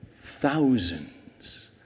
thousands